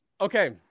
Okay